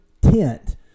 tent